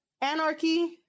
anarchy